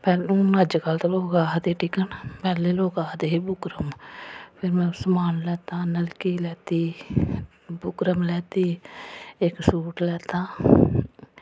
हून अजकल्ल ते लोक आखदे टिकन पैह्लें लोक आखदे हे बुकरम फिर में समान लैत्ता नलकी लैत्ती बुकरम लैत्ती इक सूट लैत्ता